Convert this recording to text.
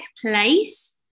place